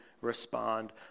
respond